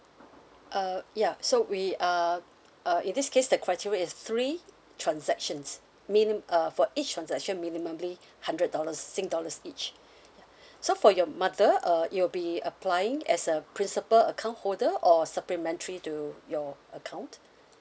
uh ya so we uh uh in this case the criteria is three transactions minim~ uh for each transaction minimumly hundred dollars sing dollars each ya so for your mother uh it will be applying as a principle account holder or supplementary to your account